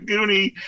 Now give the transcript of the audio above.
Goonie